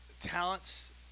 talents